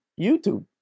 YouTube